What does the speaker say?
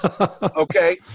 Okay